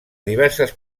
diverses